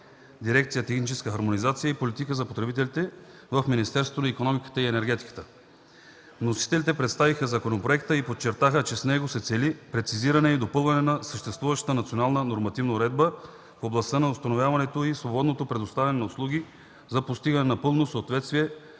дирекция „Техническа хармонизация и политика за потребителите” в Министерството на икономиката и енергетиката. Вносителите представиха законопроекта и подчертаха, че с него се цели прецизиране и допълване на съществуващата национална нормативна уредба в областта на установяването и свободното предоставяне на услуги за постигане на пълно съответствие